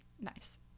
Nice